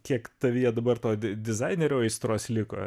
kiek tavyje dabar to dizainerio aistros liko